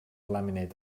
laminate